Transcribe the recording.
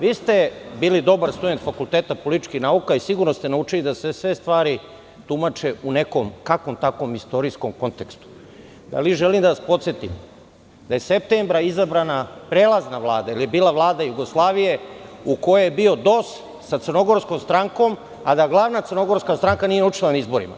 Vi ste bili dobar student Fakulteta političkih nauka i sigurno ste naučili da se sve stvari tumače u nekom, kakvom takvom, istorijskom kontekstu, ali želim da vas podsetim da je septembra izabrana prelazna Vlada, jer je bila Vlada Jugoslavije, u kojoj je bio DOS sa Crnogorskom strankom, a da glavna Crnogorska stranka nije učestvovala na izborima.